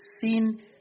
seen